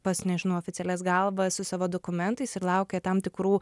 pas nežinau oficialias galvas su savo dokumentais ir laukia tam tikrų